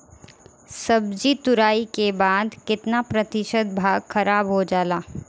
सब्जी तुराई के बाद केतना प्रतिशत भाग खराब हो जाला?